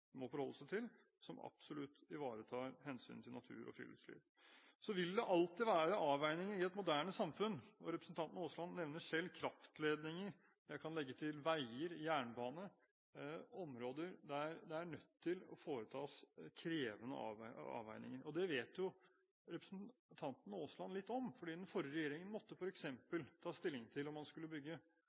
må forholde seg til, som absolutt ivaretar hensynet til natur og friluftsliv. Så vil det alltid være avveininger i et moderne samfunn. Representanten Aasland nevner selv kraftledninger. Jeg kan legge til veier og jernbane – områder der man er nødt til å foreta krevende avveininger. Det vet representanten Aasland litt om, fordi den forrige regjeringen måtte f.eks. ta stilling til om man skulle bygge